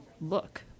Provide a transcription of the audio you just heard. look